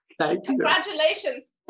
congratulations